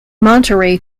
monterrey